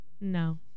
No